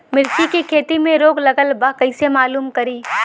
मिर्ची के खेती में रोग लगल बा कईसे मालूम करि?